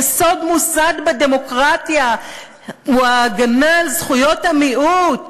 יסוד מוסד בדמוקרטיה הוא ההגנה על זכויות המיעוט,